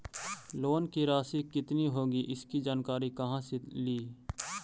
Loan की रासि कितनी होगी इसकी जानकारी कहा से ली?